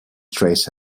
trace